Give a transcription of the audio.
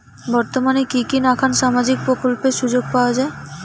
বর্তমানে কি কি নাখান সামাজিক প্রকল্পের সুযোগ পাওয়া যায়?